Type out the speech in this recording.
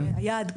היעד,